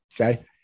okay